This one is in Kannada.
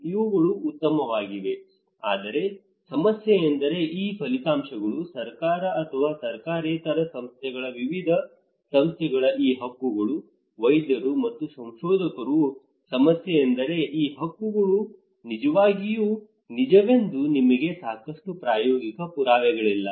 ಇವುಗಳು ಉತ್ತಮವಾಗಿವೆ ಆದರೆ ಸಮಸ್ಯೆಯೆಂದರೆ ಈ ಫಲಿತಾಂಶಗಳು ಸರ್ಕಾರ ಮತ್ತು ಸರ್ಕಾರೇತರ ಸಂಸ್ಥೆಗಳ ವಿವಿಧ ಸಂಸ್ಥೆಗಳ ಈ ಹಕ್ಕುಗಳು ವೈದ್ಯರು ಮತ್ತು ಸಂಶೋಧಕರು ಸಮಸ್ಯೆಯೆಂದರೆ ಈ ಹಕ್ಕುಗಳು ನಿಜವಾಗಿಯೂ ನಿಜವೆಂದು ನಮಗೆ ಸಾಕಷ್ಟು ಪ್ರಾಯೋಗಿಕ ಪುರಾವೆಗಳಿಲ್ಲ